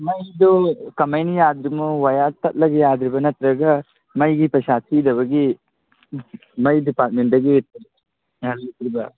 ꯃꯩꯗꯣ ꯀꯃꯥꯏꯅ ꯌꯥꯗ꯭ꯔꯣꯅꯣ ꯋꯥꯌꯥꯔ ꯇꯠꯂꯒ ꯌꯥꯗ꯭ꯔꯤꯕ꯭ꯔꯥ ꯅꯠꯇ꯭ꯔꯒ ꯃꯩꯒꯤ ꯄꯩꯁꯥ ꯄꯤꯗꯕꯒꯤ ꯃꯩ ꯗꯤꯄꯥꯔ꯭ꯇꯃꯦꯟꯗꯒꯤ ꯌꯥꯍꯜꯂꯛꯇ꯭ꯔꯤꯕ꯭ꯔꯥ